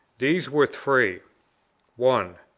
these were three one.